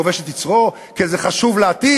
הכובש את יצרו, כי זה חשוב לעתיד.